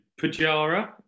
Pajara